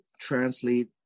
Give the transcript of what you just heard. translate